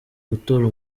gutora